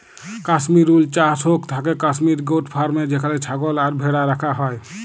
Kashmir wool চাস হৌক থাকেক কাশ্মির গোট ফার্মে যেখানে ছাগল আর ভ্যাড়া রাখা হয়